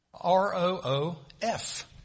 R-O-O-F